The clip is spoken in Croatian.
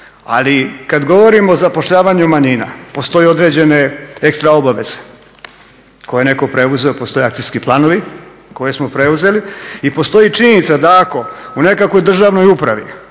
Ali kad govorimo o zapošljavanju manjina postoje određene ekstra obaveze koje je netko preuzeo, postoje akcijski planovi koje smo preuzeli i postoji činjenica da ako u nekakvoj državnoj upravi